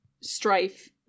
strife